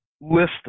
list